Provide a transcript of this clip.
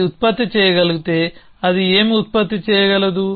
అది ఉత్పత్తి చేయగలిగితే అది ఏమి ఉత్పత్తి చేయగలదు